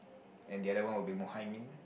and the other one would be Muhaimin